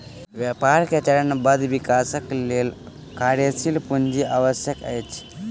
व्यापार मे चरणबद्ध विकासक लेल कार्यशील पूंजी आवश्यक अछि